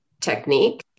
technique